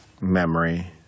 memory